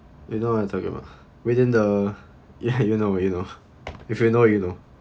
you know what I'm talking about within the ya you know it you know if you know you know